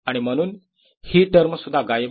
आणि म्हणून ही टर्म सुद्धा गायब होते